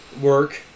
work